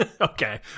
Okay